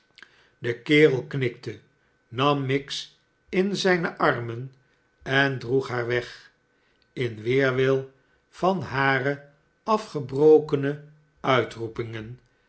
de kerel knikte nam miggs in zijne armen en droeg haar weg in weerwil van hare afgebrokene uitroepingen